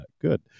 Good